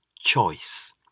choice